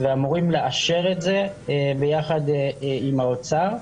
ואמורים לאשר את זה ביחד עם האוצר,